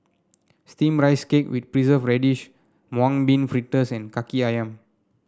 steamed Rice Cake with Preserved Radish Mung Bean Fritters and kaki ayam